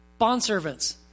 Bondservants